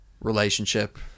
relationship